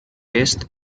est